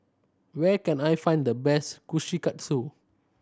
where can I find the best Kushikatsu